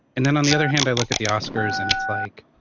and then on the other hand i look at the oscars and it's like,